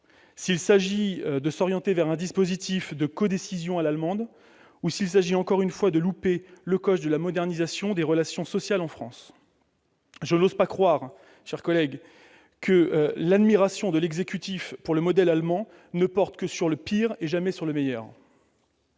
! S'agit-il de s'orienter vers un dispositif de codécision à l'allemande ou de louper, encore une fois, le coche de la modernisation des relations sociales en France ? Je n'ose pas croire que l'admiration de l'exécutif pour le modèle allemand ne porte que sur le pire et jamais sur le meilleur.